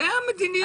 זו המדיניות.